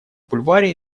бульваре